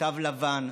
תו לבן,